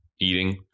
eating